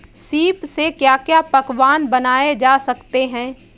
सीप से क्या क्या पकवान बनाए जा सकते हैं?